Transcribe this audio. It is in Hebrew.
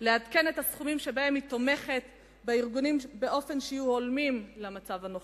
לעדכן את הסכומים שבהם היא תומכת בארגונים כך שיהיו הולמים למצב הנוכחי.